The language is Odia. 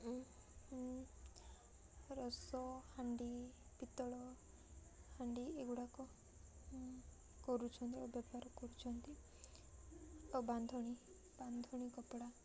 ରସ ହାଣ୍ଡି ପିତଳ ହାଣ୍ଡି ଏଗୁଡ଼ାକ କରୁଛନ୍ତି ଆଉ ବ୍ୟବହାର କରୁଛନ୍ତି ଆଉ ବାନ୍ଧଣୀ ବାନ୍ଧଣୀ କପଡ଼ା